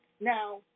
Now